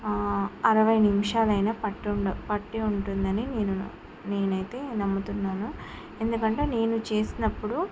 అరవై నిమిషాలైనా పట్టుండు పట్టి ఉంటుంది అని నేను నేనైతే నమ్ముతున్నాను ఎందుకంటే నేను చేసినప్పుడు